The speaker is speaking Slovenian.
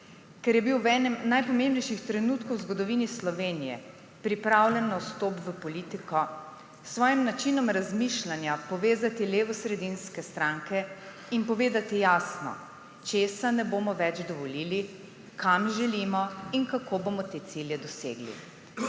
Ker je bil v enem od najpomembnejših trenutkov v zgodovini Slovenije pripravljen na vstop v politiko, s svojim načinom razmišljanja povezati levosredinske stranke in povedati jasno, česa ne bomo več dovolili, kam želimo in kako bomo te cilje dosegli.